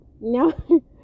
No